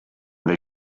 they